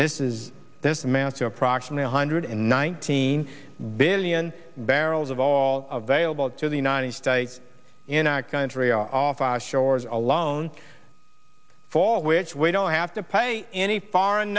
this is this man to approximately one hundred nineteen billion barrels of all of a lable to the united states in our country off our shores alone fall which we don't have to pay any foreign